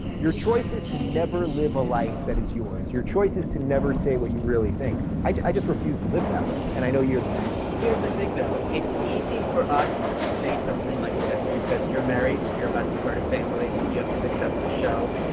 your choice is to never live a life that is yours. your choice is to never say what you really think. i just refuse to live that way, and i know you're the same. here's the thing, though. it's easy for us to say something like this because you're married, you're about to start a family, you have a successful show.